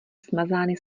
smazány